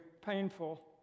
painful